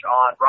on